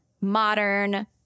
modern